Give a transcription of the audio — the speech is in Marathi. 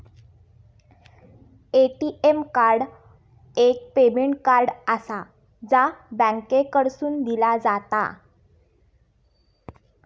ए.टी.एम कार्ड एक पेमेंट कार्ड आसा, जा बँकेकडसून दिला जाता